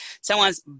someone's